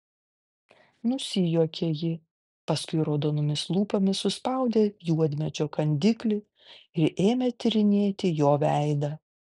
nusijuokė ji paskui raudonomis lūpomis suspaudė juodmedžio kandiklį ir ėmė tyrinėti jo veidą